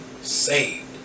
saved